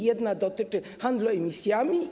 Jedna dotyczy handlu emisjami.